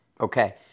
Okay